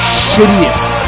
shittiest